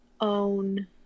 own